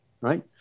right